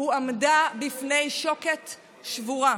הועמדה בפני שוקת שבורה.